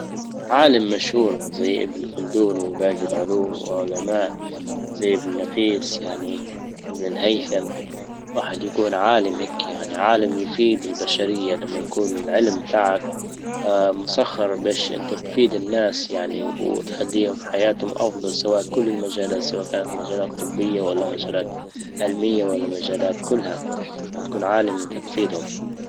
عالم مشهور زي ابن خلدون وباجي العلوم- علماء زى ابن النفيس يعني ابن الهيثم. واحد يكون عالم هيكى يعني عالم يفيد البشرية لما يكون العلم تاعك مسخر باش انت تفيد الناس يعني وتخليهم حياتهم افضل سواء كل المجالات سواء كانت مجالات طبية ولا مجالات علمية ولا مجالات كلها. لما تكون عالم انت تفيدهم.